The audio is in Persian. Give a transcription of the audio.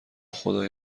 خدای